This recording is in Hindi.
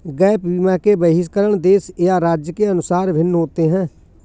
गैप बीमा के बहिष्करण देश या राज्य के अनुसार भिन्न होते हैं